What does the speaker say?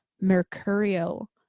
mercurial